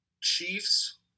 Chiefs